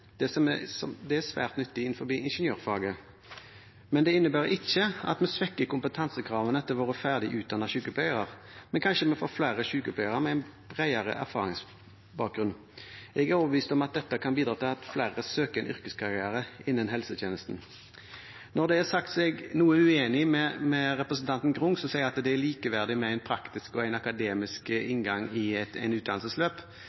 inngang til faget, noe som er svært nyttig innenfor ingeniørfaget. Det innebærer ikke at vi svekker kompetansekravene til våre ferdig utdannede sykepleiere, men vi får kanskje flere sykepleiere med en bredere erfaringsbakgrunn. Jeg er overbevist om at dette kan bidra til at flere søker en karriere innen helsetjenesten. Når det er sagt, er jeg noe uenig med representanten Grung, som sier at en praktisk og en akademisk